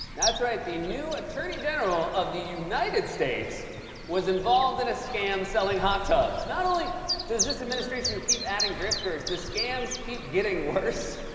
that's right, the new attorney general of the united states was involved in a scam selling hot tubs. not only does this administration keep adding grifters, the scams keep getting worse.